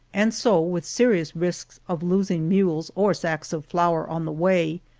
and so with serious risks of losing mules or sacks of flour on the way,